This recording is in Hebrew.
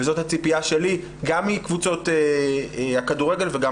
זאת הציפיה שלי גם מקבוצות הכדורגל וגם